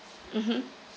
mmhmm